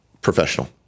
professional